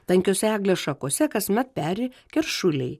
tankiose eglės šakose kasmet peri keršuliai